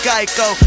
Geico